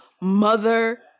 Mother